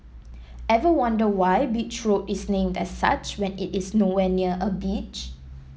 ever wonder why Beach Road is named as such when it is nowhere near a beach